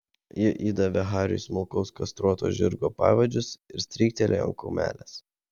ji įdavė hariui smulkaus kastruoto žirgo pavadžius ir stryktelėjo ant kumelės